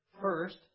First